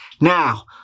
Now